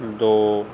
ਦੋ